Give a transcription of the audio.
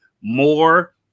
more